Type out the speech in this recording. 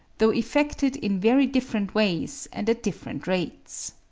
though effected in very different ways and at different rates.